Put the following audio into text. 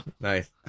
Nice